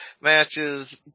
matches